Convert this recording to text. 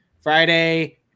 Friday